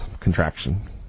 contraction